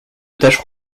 taches